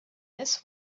this